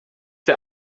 der